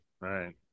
right